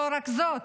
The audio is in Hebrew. לא רק זאת,